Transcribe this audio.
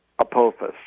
Apophis